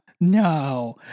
No